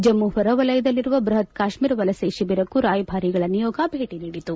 ಜಮ್ಮ ಹೊರವಲಯದಲ್ಲಿರುವ ಬೃಪತ್ ಕಾಶ್ಮೀರ ವಲಸೆ ಶಿಬಿರಕ್ಕೂ ರಾಯಭಾರಿಗಳ ನಿಯೋಗ ಭೇಟಿ ನೀಡಿತು